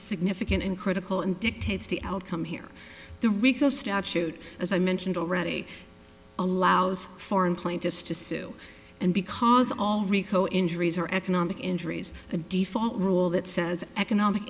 significant and critical and dictates the outcome here the rico statute as i mentioned already allows foreign plaintiffs to sue and because all rico injuries are economic injuries a default rule that says economic